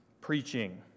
preaching